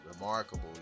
remarkable